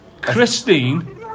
Christine